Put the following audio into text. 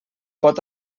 pot